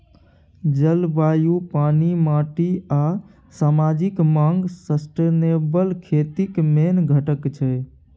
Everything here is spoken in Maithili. जलबायु, पानि, माटि आ समाजिक माँग सस्टेनेबल खेतीक मेन घटक छै